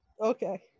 Okay